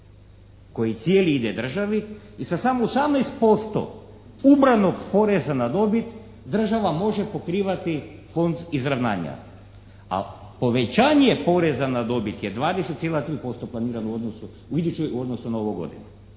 koji cijeli ide državi i sa samo 18% ubranog poreza na dobit država može pokrivati Fond izravnanja. A povećanje poreza na dobit je 20,3 planiran u odnosu na ovu godinu.